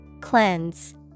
Cleanse